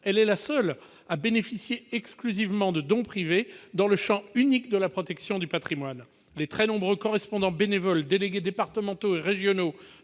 elle est la seule à bénéficier exclusivement de dons privés dans le champ unique de la protection du patrimoine. Les très nombreux correspondants bénévoles et délégués départementaux et régionaux